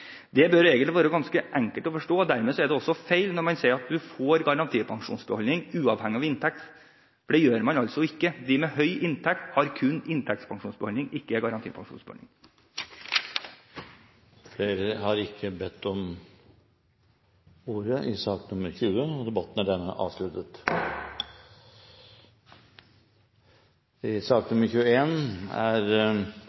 Det bør egentlig være ganske enkelt å forstå, dermed er det også feil når man sier at du får garantipensjonsbeholdning uavhengig av inntekt – for det gjør man altså ikke. De med høy inntekt, har kun inntektspensjonsbeholdning, ikke garantipensjonsbeholdning. Flere har ikke bedt om ordet i sak nr. 20. Etter ønske fra arbeids- og